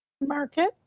market